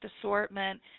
assortment